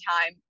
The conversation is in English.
time